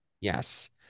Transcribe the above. Yes